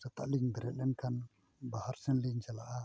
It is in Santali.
ᱥᱮᱛᱟᱜ ᱞᱤᱧ ᱵᱮᱨᱮᱫ ᱞᱮᱱᱠᱷᱟᱱ ᱵᱟᱦᱟᱨ ᱥᱮᱫ ᱞᱤᱧ ᱪᱟᱞᱟᱜᱼᱟ